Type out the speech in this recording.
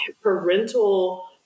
parental